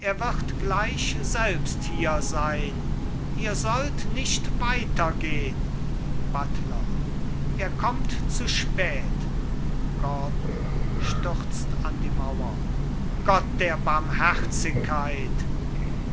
er wird gleich selbst hier sein ihr sollt nicht weiter gehn buttler er kommt zu spät gordon stürzt an die mauer gott der barmherzigkeit